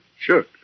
Sure